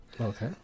Okay